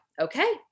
okay